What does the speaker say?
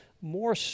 more